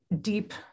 deep